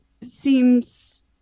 seems